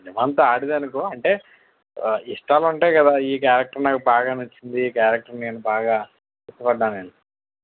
cinema అంతా వాడిదే అనుకో అంటే ఇష్టాలుంటాయి కదా ఈ క్యారెక్టర్ నాకు బాగా నచ్చింది ఈ క్యారెక్టర్ నేను బాగా ఇష్టపడ్డాను అని